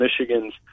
Michigan's